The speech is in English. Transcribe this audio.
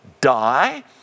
Die